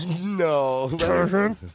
No